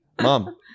Mom